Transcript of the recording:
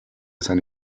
seine